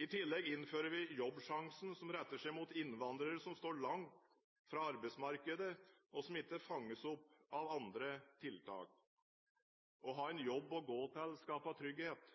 I tillegg innfører vi Jobbsjansen som retter seg mot innvandrere som står langt fra arbeidsmarkedet, og som ikke fanges opp av andre tiltak. Å ha en jobb å gå til skaper trygghet.